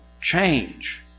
change